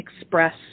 express